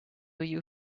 you